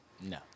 No